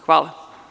Hvala.